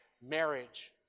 Marriage